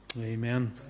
Amen